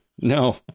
No